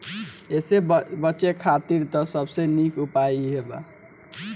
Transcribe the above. एसे बचे खातिर त सबसे निक उपाय इहे बा